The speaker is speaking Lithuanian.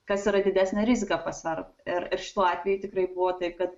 kas yra didesnė rizika pasvert ir ir šiuo atveju tikrai buvo taip kad